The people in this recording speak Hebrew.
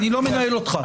אני לא מנהל אותך.